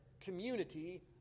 community